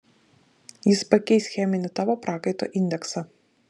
jis pakeis cheminį tavo prakaito indeksą